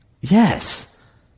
Yes